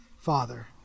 Father